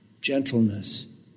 gentleness